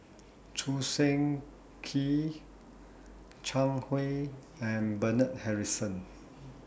Choo Seng Quee Zhang Hui and Bernard Harrison